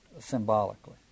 symbolically